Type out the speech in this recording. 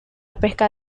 pesca